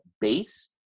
base